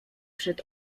przed